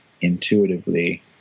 intuitively